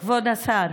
יעקב אשר (יהדות התורה):